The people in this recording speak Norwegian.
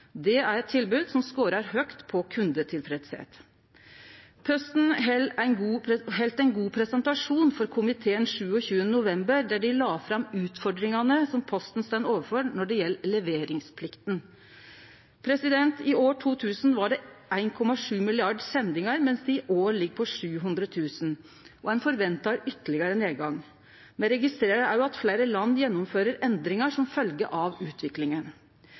Det er eit tilbod som skårar høgt på kundetilfredsheit. Posten heldt ein god presentasjon for komiteen den 27. november, der dei la fram utfordringane som Posten står overfor når det gjeld leveringsplikta. I år 2000 var det 1,7 milliardar sendingar, mens det i år ligg på 700 000, og ein forventar ytterlegare nedgang. Me registrerer også at fleire land gjennomfører endringar som følgje av utviklinga.